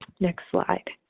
next slide.